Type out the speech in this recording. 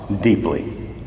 deeply